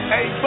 Hey